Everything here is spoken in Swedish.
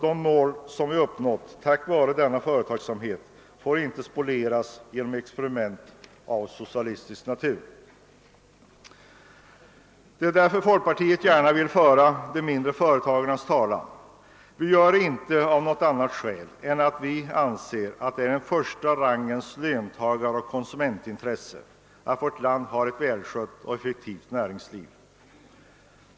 De mål som vi har uppnått tack vare denna företagsamhet får inte spolieras genom experiment av socialistisk natur. Det är därför folkpartiet gärna vill föra de mindre företagens talan. Vi gör det inte av något annat skäl än att vi anser att det är ett första rangens löntagaroch konsumentintresse att vårt land har ett välskött och effektivt näringsliv.